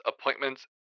appointments